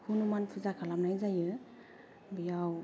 हनुमान फुजा खालामनाय जायो बेयाव